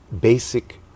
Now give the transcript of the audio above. basic